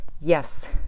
Yes